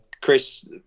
Chris